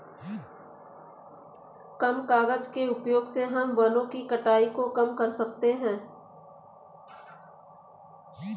कम कागज़ के उपयोग से हम वनो की कटाई को कम कर सकते है